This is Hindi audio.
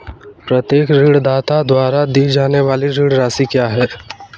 प्रत्येक ऋणदाता द्वारा दी जाने वाली ऋण राशि क्या है?